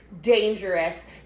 dangerous